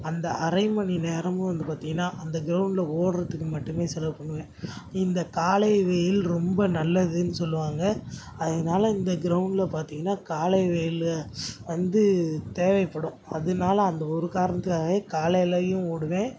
அந்த அரை மணி நேரமும் வந்து பார்த்திங்கன்னா அந்த க்ரௌண்ட்டில் ஓடுறதுக்கு மட்டுமே செலவு பண்ணுவேன் இந்த காலை வெயில் ரொம்ப நல்லதுன்னு சொல்லுவாங்கள் அதனால இந்த க்ரௌண்ட்டில் பார்த்திங்கன்னா காலை வெயில்ல வந்து தேவைப்படும் அதனால அந்த ஒரு காரணத்துகாகவே காலைலேயும் ஓடுவேன்